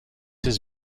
his